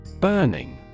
Burning